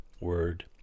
word